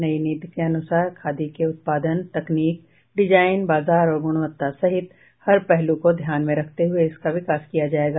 नयी नीति के अनुसार खादी के उत्पादन तकनीक डिजाइन बाजार और गुणवत्ता सहित हर पहलु को ध्यान में रखते हुए इसका विकास किया जायेगा